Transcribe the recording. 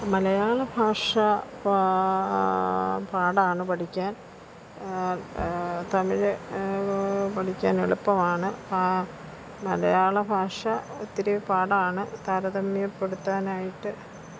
മലയാള ഭാഷ പാടാണ് പഠിക്കാന് തമിഴ് പഠിക്കാനെളുപ്പമാണ് മലയാള ഭാഷ ഇത്തിരി പാടാണ് താരതമ്യപ്പെടുത്താനായിട്ട്